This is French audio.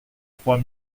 trois